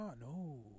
no